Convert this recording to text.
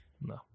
No